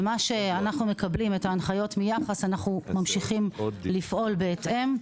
אנחנו מקבלים את ההנחיות מיח"ס ואנחנו ממשיכים לפעול בהתאם.